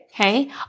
Okay